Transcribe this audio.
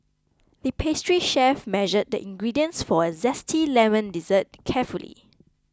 the pastry chef measured the ingredients for a Zesty Lemon Dessert carefully